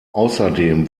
außerdem